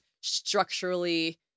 structurally